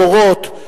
ג'מאל זחאלקה (בל"ד):